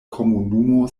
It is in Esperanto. komunumo